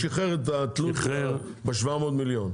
שחרר את התלות ב-700 מיליון.